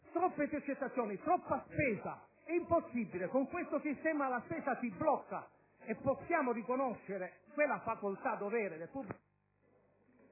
troppe intercettazioni, troppa spesa, è impossibile. Con questo sistema invece la spesa si bloccherebbe e si potrebbe riconoscere quella facoltà-dovere del pubblico